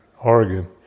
Oregon